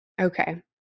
Okay